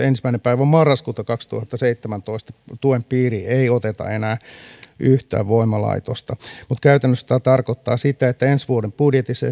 ensimmäinen marraskuuta kaksituhattaseitsemäntoista tuen piiriin ei oteta enää yhtään voimalaitosta mutta käytännössä tämä tarkoittaa sitä että esimerkiksi ensi vuoden budjetissa